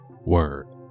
word